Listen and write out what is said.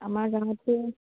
আমাৰ গাঁৱতে